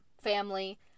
family